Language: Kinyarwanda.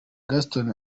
gaston